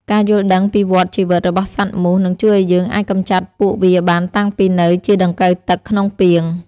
ការយល់ដឹងពីវដ្តជីវិតរបស់សត្វមូសនឹងជួយឱ្យយើងអាចកម្ចាត់ពួកវាបានតាំងពីនៅជាដង្កូវទឹកក្នុងពាង។